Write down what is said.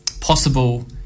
possible